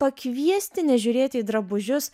pakviesti nežiūrėti į drabužius